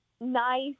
nice